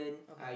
okay